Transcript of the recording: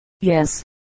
Yes